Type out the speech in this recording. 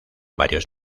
varios